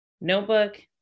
notebook